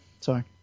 sorry